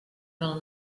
del